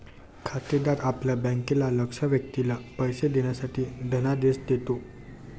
खातेदार आपल्या बँकेला लक्ष्य व्यक्तीला पैसे देण्यासाठी धनादेश देतो